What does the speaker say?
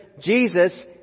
Jesus